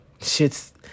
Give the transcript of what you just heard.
Shit's